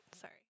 Sorry